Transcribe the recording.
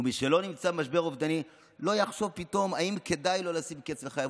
ומי שלא נמצא במשבר אובדני לא יחשוב פתאום אם כדאי לו לשים קץ לחייו.